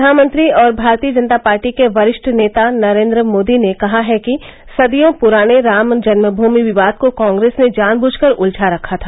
प्रधानमंत्री और भारतीय जनता पार्टी के वरिष्ठ नेता नरेन्द्र मोदी ने कहा है कि सदियों पुराने राम जन्म भूमि विवाद को कांग्रेस ने जानबूझकर उलझा रखा था